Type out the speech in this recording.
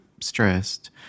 stressed